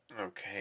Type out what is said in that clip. Okay